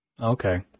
Okay